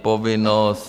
Povinnost?